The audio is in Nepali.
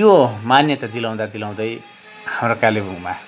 यो मान्यता दिलाउँदा दिलाउँदै हाम्रो कालेबुङमा